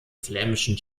flämischen